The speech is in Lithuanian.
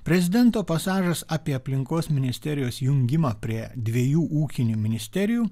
prezidento pasažas apie aplinkos ministerijos jungimą prie dviejų ūkinių ministerijų